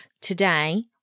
Today